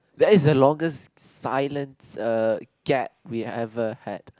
that is the longest silence uh gap we ever had